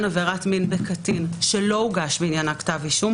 עבירת מין בקטין שלא הוגש בעניינה כתב אישום,